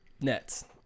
nets